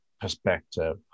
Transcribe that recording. perspective